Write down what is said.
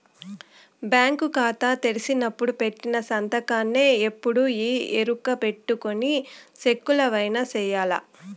bank కాతా తెరిసినపుడు పెట్టిన సంతకాన్నే ఎప్పుడూ ఈ ఎరుకబెట్టుకొని సెక్కులవైన సెయ్యాల